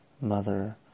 mother